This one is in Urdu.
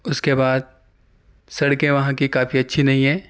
اس کے بعد سڑکیں وہاں کی کافی اچھی نہیں ہیں